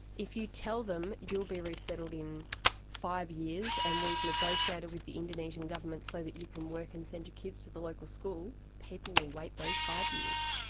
if you tell them you'll be resettled in five years and we've negotiated with the indonesian government so that you can work and send your kids the local school, people will wait those five years,